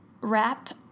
wrapped